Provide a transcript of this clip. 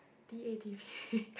D A T V